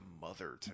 mother